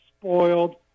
spoiled